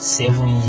seven